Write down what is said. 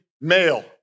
male